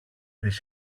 της